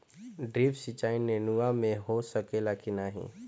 Drip सिंचाई नेनुआ में हो सकेला की नाही?